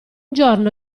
giorno